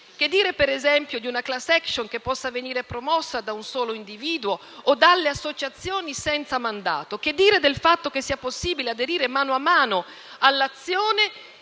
Che dire, per esempio, di una *class action* che possa venire promossa da un solo individuo o dalle associazioni senza mandato? Che dire del fatto che sia possibile aderire a mano a mano all'azione